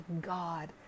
God